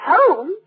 Home